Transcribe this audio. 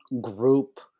group